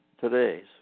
today's